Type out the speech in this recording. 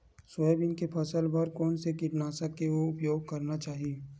Soybean के फसल बर कोन से कीटनाशक के उपयोग करना चाहि?